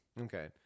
Okay